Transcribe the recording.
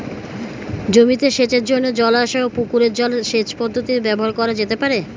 জমিতে সেচের জন্য জলাশয় ও পুকুরের জল সেচ পদ্ধতি ব্যবহার করা যেতে পারে?